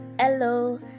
Hello